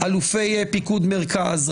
אלופי פיקוד מרכז,